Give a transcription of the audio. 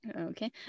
Okay